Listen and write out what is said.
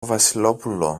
βασιλόπουλο